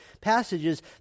passages